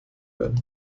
werden